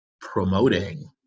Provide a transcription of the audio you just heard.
promoting